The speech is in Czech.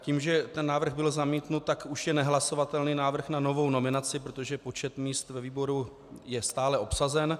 Tím že ten návrh byl zamítnut, tak už je nehlasovatelný návrh na novou nominaci, protože počet míst ve výboru je stále obsazen.